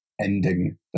ending